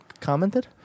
commented